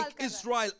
Israel